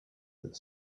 that